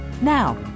Now